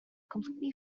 completely